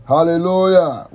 Hallelujah